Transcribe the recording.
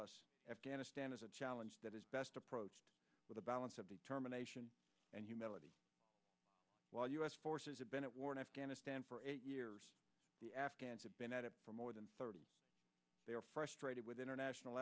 us afghanistan is a challenge that is best approach with a balance of determination and humility while u s forces have been at war in afghanistan for eight years the afghans have been at it for more than thirty they are frustrated with international